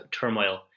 turmoil